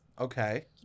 okay